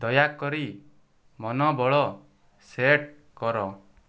ଦୟାକରି ମନୋବଳ ସେଟ୍ କର